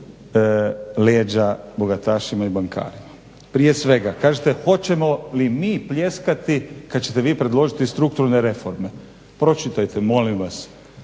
leđa bogatašima i bankarima. Prije svega, kažete hoćemo li mi pljeskati kad ćete vi predložiti strukturne reforme. Pročitajte molim vas